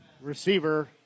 receiver